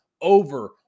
over